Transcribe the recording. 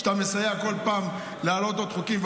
שאתה מסייע כל פעם להעלות עוד חוקים.